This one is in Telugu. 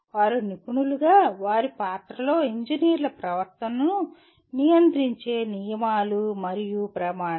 వారు నిపుణులుగా వారి పాత్రలో ఇంజనీర్ల ప్రవర్తనను నియంత్రించే నియమాలు మరియు ప్రమాణాలు